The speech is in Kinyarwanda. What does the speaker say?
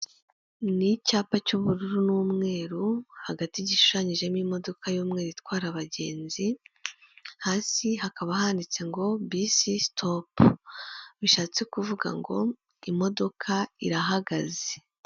Ni icyapa cy'ubururu n'umweru, hagati gishushanyijemo imodoka y'umweru itwara abagenzi, hasi hakaba handitse ngo bisi sitopu, bishatse kuvuga ngo imodoka irahagaze.